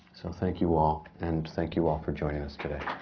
so thank you all, and thank you all for joining us today.